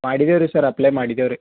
ಮಾಡಿದ್ದೇವೆ ರೀ sir apply ಮಾಡಿದ್ದೇವೆ ರೀ